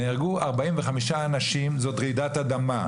נהרגו 45 אנשים, זאת רעידת אדמה.